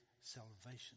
salvation